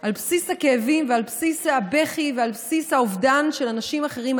על בסיס הכאבים ועל בסיס הבכי ועל בסיס האובדן של אנשים אחרים,